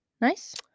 Nice